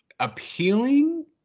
appealing